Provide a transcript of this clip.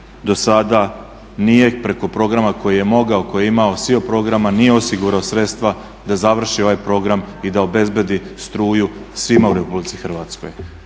do sada nije preko programa koji je mogao, koji je imao SIO programa nije osigurao sredstva da završi ovaj program i da obezbedi struju svima u Republici Hrvatskoj.